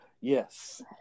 Yes